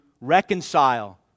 reconcile